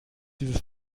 dieses